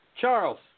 Charles